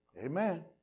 Amen